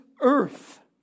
earth